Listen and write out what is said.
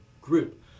group